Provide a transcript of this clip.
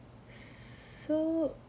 so